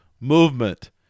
movement